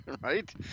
right